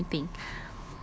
okay let me think